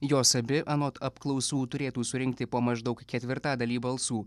jos abi anot apklausų turėtų surinkti po maždaug ketvirtadalį balsų